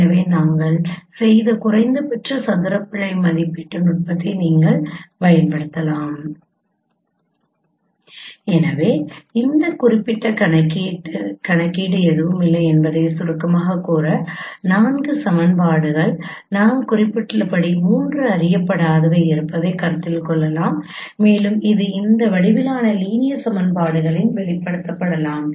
எனவே நாங்கள் செய்த குறைந்தபட்ச சதுர பிழை மதிப்பீட்டு நுட்பத்தை மீண்டும் பயன்படுத்தலாம் எனவே இந்த குறிப்பிட்ட கணக்கீடு எதுவுமில்லை என்பதைச் சுருக்கமாகக் கூற 4 சமன்பாடுகள் நாம் குறிப்பிட்டுள்ளபடி 3 அறியப்படாதவை இருப்பதைக் கருத்தில் கொள்ளலாம் மேலும் இது இந்த வடிவிலான லீனியர் சமன்பாடுகளில் வெளிப்படுத்தப்படலாம்